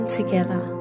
together